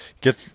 get